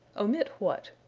omit what.